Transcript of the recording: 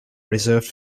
reserved